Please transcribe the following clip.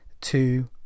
two